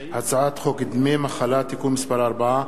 הצעת חוק דמי מחלה (תיקון מס' 4),